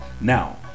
Now